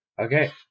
Okay